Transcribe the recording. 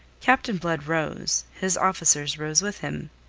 captain blood rose, his officers rose with him.